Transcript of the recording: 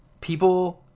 People